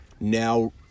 now